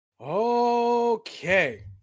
okay